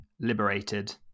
liberated